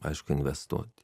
aišku investuot